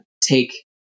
take